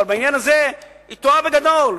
אבל בעניין הזה היא טועה בגדול.